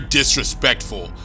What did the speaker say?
disrespectful